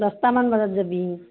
দহটামান বজাত যাবি